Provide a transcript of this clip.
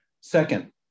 Second